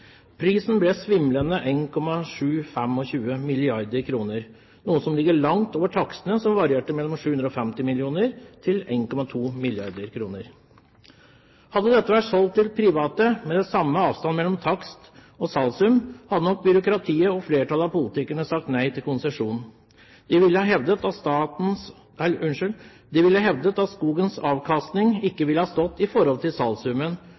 Prisen ble svimlende 1,725 mrd. kr, noe som ligger langt over takstene, som varierte mellom 750 mill. kr og 1,2 mrd. kr. Hadde dette vært solgt til private med samme avstand mellom takst og salgssum, hadde nok byråkratiet og flertallet av politikerne sagt nei til konsesjon. De ville ha hevdet at skogens avkastning ikke ville ha stått i forhold til